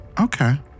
Okay